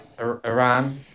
Iran